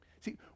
See